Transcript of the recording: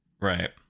Right